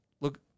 look